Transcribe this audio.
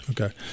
Okay